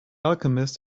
alchemist